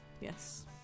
Yes